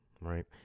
right